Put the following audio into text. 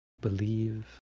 believe